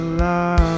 love